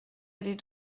allée